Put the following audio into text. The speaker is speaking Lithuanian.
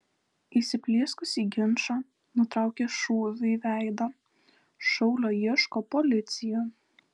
įsiplieskusį ginčą nutraukė šūviu į veidą šaulio ieško policija